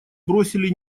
бросили